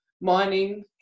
mining